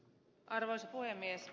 arvoisa puhemies